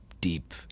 deep